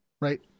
right